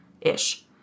ish